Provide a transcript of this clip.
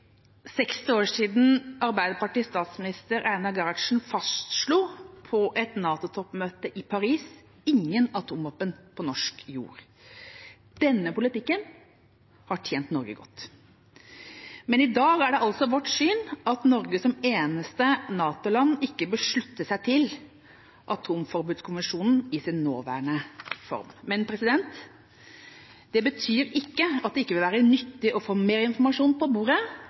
60 år siden Arbeiderpartiets statsminister Einar Gerhardsen fastslo på et NATO-toppmøte i Paris: « ingen atomvåpen på norsk jord ». Denne politikken har tjent Norge godt. I dag er det altså vårt syn at Norge som eneste NATO-land ikke bør slutte seg til atomforbudskonvensjonen i sin nåværende form. Men det betyr ikke at det ikke vil være nyttig å få mer informasjon på bordet